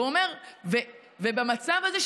ובמצב הזה,